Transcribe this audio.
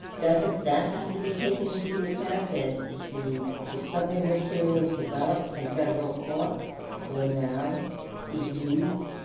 doesn't that have to be taken into account, that the discovery materials developed in federal court will now be used